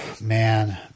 man